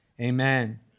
amen